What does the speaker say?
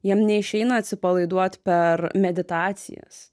jiem neišeina atsipalaiduot per meditacijas